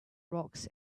rocks